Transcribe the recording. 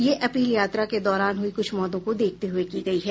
यह अपील यात्रा के दौरान हुई कुछ मौतों को देखते हुए की गई है